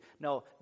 No